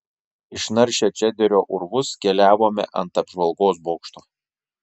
išnaršę čederio urvus keliavome ant apžvalgos bokšto